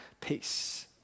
peace